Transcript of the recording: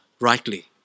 rightly